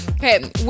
Okay